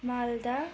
Malda